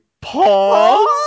pause